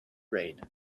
rain